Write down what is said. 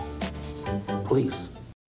Please